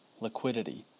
liquidity